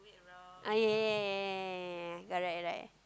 ah ya ya ya ya ya ya got it right